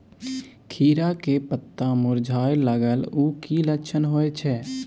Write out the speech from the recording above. खीरा के पत्ता मुरझाय लागल उ कि लक्षण होय छै?